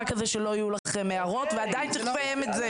כזה שלא תהיינה לכם הערות ועדיין צריך לסיים את זה.